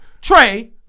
Trey